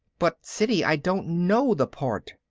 but siddy, i don't know the part.